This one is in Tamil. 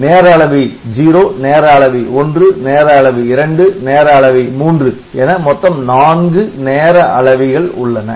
இதில் நேர அளவி 0 நேர அளவி 1 நேர அளவி 2 நேர அளவி 3 என மொத்தம் நான்கு நேர அளவிகள் உள்ளன